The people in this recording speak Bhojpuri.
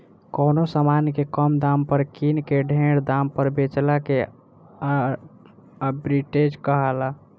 कवनो समान के कम दाम पर किन के ढेर दाम पर बेचला के आर्ब्रिट्रेज कहाला